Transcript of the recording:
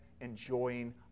enjoying